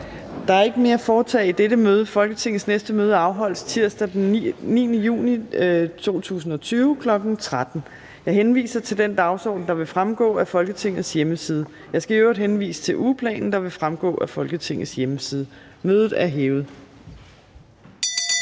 Der er ikke mere at foretage i dette møde. Folketingets næste møde afholdes tirsdag den 9. juni 2020, kl. 13.00. Jeg henviser til den dagsorden, der fremgår af Folketingets hjemmeside. Jeg skal øvrigt henvise til ugeplanen, der fremgår af Folketingets hjemmeside. Mødet er hævet.